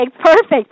perfect